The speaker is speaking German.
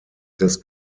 des